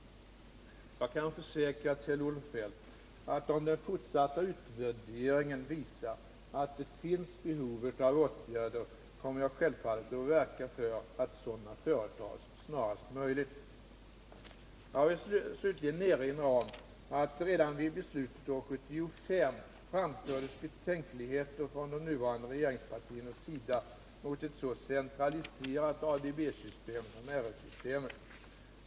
Jag kan försäkra Kjell-Olof Feldt att om den fortsatta utvärderingen visar att det finns ett behov av åtgärder kommer jag självfallet att verka för att sådana vidtas snarast möjligt. Jag vill slutligen erinra om att det redan år 1975 i samband med att beslutet fattades framfördes betänkligheter från de nuvarande regeringspartiernas sida mot ett så centraliserat ADB-system som RS-systemet.